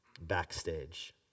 backstage